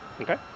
Okay